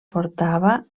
portava